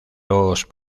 los